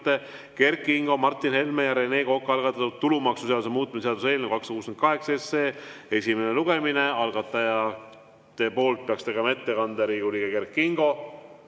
Kert Kingo, Martin Helme ja Rene Koka algatatud tulumaksuseaduse muutmise seaduse eelnõu 268 esimene lugemine. Algatajate poolt peaks tegema ettekande Riigikogu liige Kert Kingo.